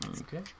Okay